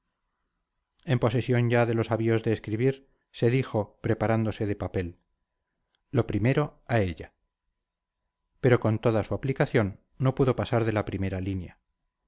en posesión ya de los avíos de escribir se dijo preparándose de papel lo primero a ella pero con toda su aplicación no pudo pasar de la primera línea